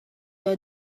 your